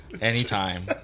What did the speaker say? anytime